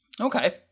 Okay